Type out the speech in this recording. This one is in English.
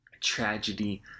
tragedy